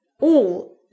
All